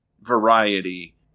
variety